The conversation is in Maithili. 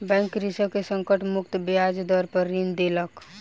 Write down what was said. बैंक कृषक के संकट मुक्त ब्याज दर पर ऋण देलक